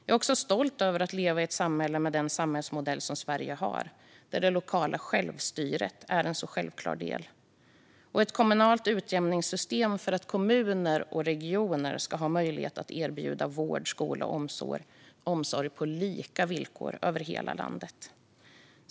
Jag är också stolt över att leva i ett samhälle med den samhällsmodell som Sverige har, där det lokala självstyret är en självklar del och där det finns ett kommunalt utjämningssystem för att kommuner och regioner över hela landet ska ha möjlighet att erbjuda vård, skola och omsorg på lika villkor.